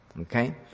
okay